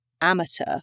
amateur